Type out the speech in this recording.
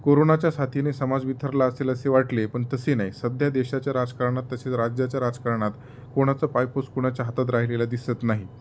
कोरोनाच्या साथीने समाज बिथरला असेल असे वाटले पण तसे नाही सध्या देशाच्या राजकारणात तसेच राज्याच्या राजकारणात कोणाचा पायपोस कुणाच्या हातात राहिलेला दिसत नाही